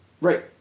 right